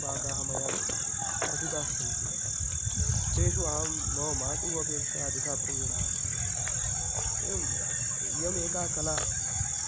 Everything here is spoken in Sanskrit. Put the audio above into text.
पाकाः मया पठिताः सन्ति तेषु अहं मम मातुः अपेक्षा अधिकः प्रवीणः अस्मि एवम् इयम् एका कला